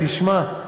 תשמע,